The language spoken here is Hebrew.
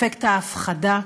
אפקט ההפחדה,